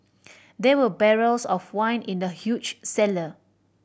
there were barrels of wine in the huge cellar